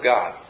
God